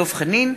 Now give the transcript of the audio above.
דב חנין,